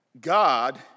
God